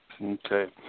Okay